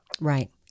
Right